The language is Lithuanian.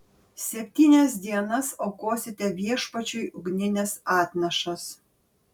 septynias dienas aukosite viešpačiui ugnines atnašas